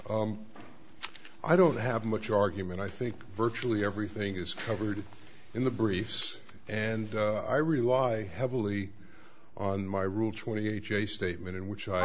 hurry i don't have much argument i think virtually everything is covered in the briefs and i rely heavily on my rule twenty eight a statement in which i